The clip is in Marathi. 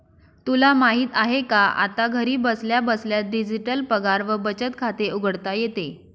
तुला माहित आहे का? आता घरी बसल्या बसल्या डिजिटल पगार व बचत खाते उघडता येते